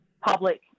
public